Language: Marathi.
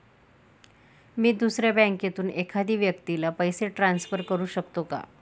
मी दुसऱ्या बँकेतून एखाद्या व्यक्ती ला पैसे ट्रान्सफर करु शकतो का?